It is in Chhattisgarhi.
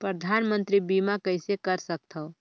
परधानमंतरी बीमा कइसे कर सकथव?